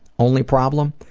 only problem?